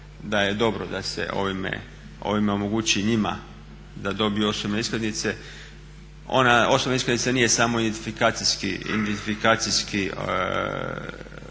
da je dobro da se ovime omogući njima da dobiju osobne iskaznice. Ona osobna iskaznica nije samo identifikacijski